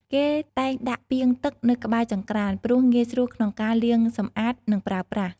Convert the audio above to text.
គេតែងដាក់ពាងទឹកនៅក្បែរចង្ក្រាន ព្រោះងាយស្រួលក្នុងការលាងសម្អាត និងប្រើប្រាស់។